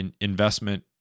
investment